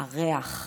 הריח,